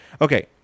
okay